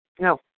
No